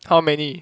how many